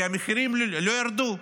כי המחירים לא ירדו.